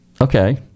Okay